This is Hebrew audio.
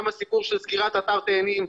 גם הסיפור של סגירת אתר תאנים,